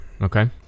Okay